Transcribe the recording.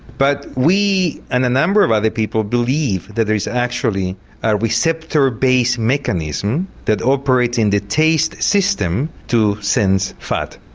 but we and a number of other people believe that there is actually a receptor-based mechanism that operates in the taste system to sense fat.